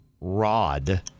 rod